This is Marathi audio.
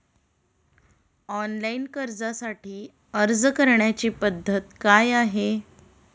ऑनलाइन कर्जासाठी अर्ज करण्याची पद्धत काय आहे?